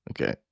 Okay